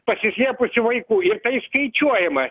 pasislėpusių vaikų ir tai skaičiuojama